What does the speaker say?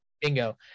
Bingo